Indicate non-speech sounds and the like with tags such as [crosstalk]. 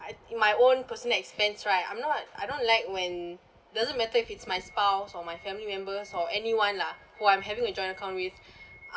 I my own personal expense right I'm not I don't like when doesn't matter if it's my spouse or my family members or anyone lah who I'm having a joint account with [breath]